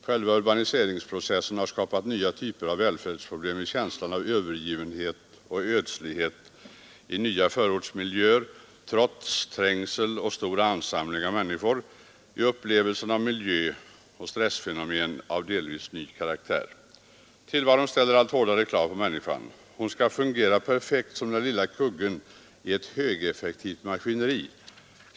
Själva urbaniseringsprocessen har skapat nya typer av välfärdsproblem i känslan av övergivenhet och ödslighet i nya förortsmiljöer, trots trängsel och stor ansamling av människor, i upplevelsen av miljöoch stressfenomen av delvis ny karaktär. Tillvaron ställer allt hårdare krav på människan. Hon skall fungera perfekt som den lilla kuggen i ett högeffektivt maskineri.